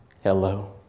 Hello